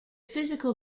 physical